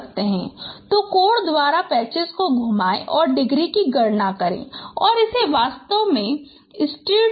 तो कोण द्वारा पैच को घुमाएं और डिग्री की गणना करें और इसे वास्तव में स्टीयर्ड ब्रीफ कहा जाता है